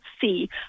see